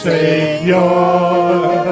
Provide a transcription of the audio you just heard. Savior